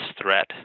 threat